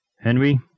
Henry